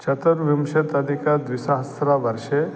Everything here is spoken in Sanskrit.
चतुर्विंशत्यधिकः द्विसहस्रवर्षे